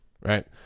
Right